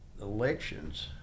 elections